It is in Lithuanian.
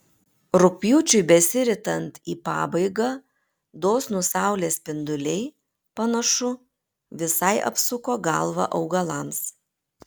rugpjūčiui besiritant į pabaigą dosnūs saulės spinduliai panašu visai apsuko galvą augalams